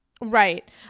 Right